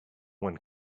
when